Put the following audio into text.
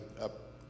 up